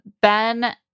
Ben